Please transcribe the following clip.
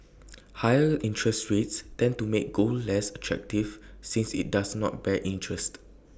higher interest rates tend to make gold less attractive since IT does not bear interest